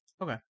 Okay